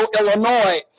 Illinois